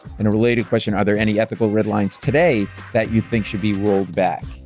and a related question, are there any ethical red lines today, that you think should be rolled back?